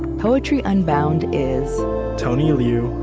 poetry unbound is tony liu,